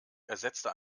ersetzte